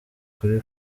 kuri